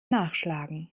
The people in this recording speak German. nachschlagen